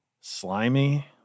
slimy